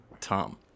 Tom